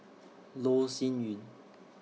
Loh Sin Yun